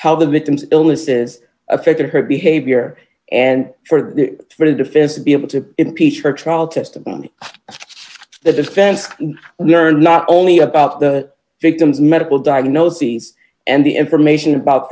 how the victim's illnesses affected her behavior and for the for the defense to be able to impeach her trial testimony the defense can learn not only about the victim's medical diagnoses and the information about